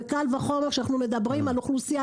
קל וחומר כשאנחנו מדברים על אוכלוסייה